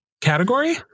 category